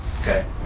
Okay